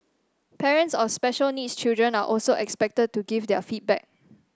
parents of special needs children are also expected to give their feedback